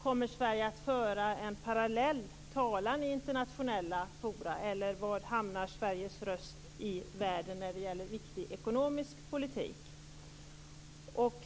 Kommer Sverige att föra en parallell talan i internationella forum? Eller var i världen hamnar Sveriges röst när det gäller viktig ekonomisk politik?